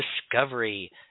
Discovery